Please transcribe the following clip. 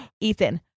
Ethan